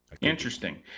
Interesting